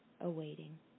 awaiting